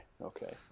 okay